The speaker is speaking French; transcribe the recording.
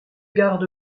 garde